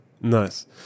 Nice